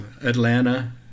Atlanta